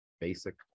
basic